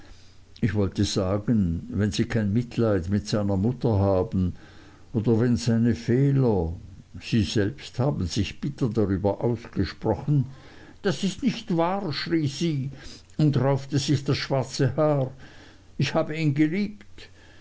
ich wollte sagen wenn sie kein mitleid mit seiner mutter haben oder wenn seine fehler sie selbst haben sich bitter darüber ausgesprochen das ist nicht wahr schrie sie und raufte sich das schwarze haar ich habe ihn geliebt